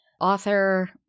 Author